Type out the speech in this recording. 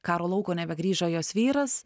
karo lauko nebegrįžo jos vyras